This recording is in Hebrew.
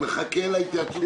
הוא מחכה להתייעצות הסיעתית.